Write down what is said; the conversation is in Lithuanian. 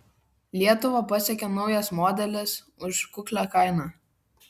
lietuvą pasiekė naujas modelis už kuklią kainą